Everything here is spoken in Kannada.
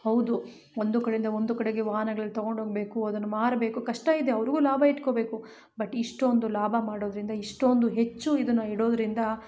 ಹೌದು ಒಂದು ಕಡೆಯಿಂದ ಒಂದು ಕಡೆಗೆ ವಾಹನಗಳಲ್ಲಿ ತಗೊಂಡೋಗಬೇಕು ಅದನ್ನು ಮಾರಬೇಕು ಕಷ್ಟ ಇದೆ ಅವ್ರಿಗು ಲಾಭ ಇಟ್ಕೋಬೇಕು ಬಟ್ ಇಷ್ಟೊಂದು ಲಾಭ ಮಾಡೋದರಿಂದ ಇಷ್ಟೊಂದು ಹೆಚ್ಚು ಇದನ್ನ ಇಡೋದರಿಂದ